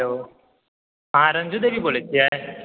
hello अहाँ रञ्जू देवी बोलैत छियै